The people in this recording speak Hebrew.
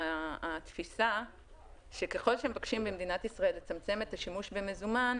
התפיסה שככל מבקשים ממדינת ישראל לצמצם את השימוש במזמן,